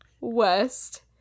West